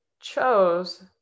chose